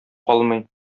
калмый